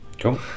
cool